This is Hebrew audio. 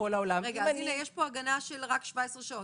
יש פה הגנה רק של 17 שעות.